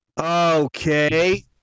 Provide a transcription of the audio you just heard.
okay